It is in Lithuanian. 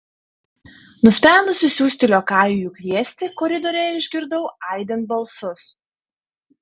nusprendusi siųsti liokajų jų kviesti koridoriuje išgirdau aidint balsus